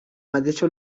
mateixa